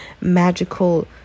magical